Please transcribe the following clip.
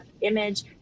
image